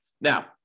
Now